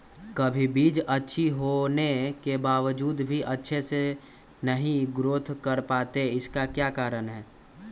कभी बीज अच्छी होने के बावजूद भी अच्छे से नहीं ग्रोथ कर पाती इसका क्या कारण है?